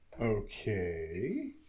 Okay